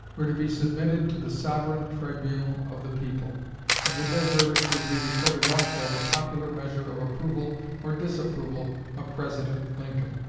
were to be submitted to the sovereign tribunal of the people and with their verdict would be recorded also the popular measure of approval or disapproval of president lincoln.